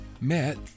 Met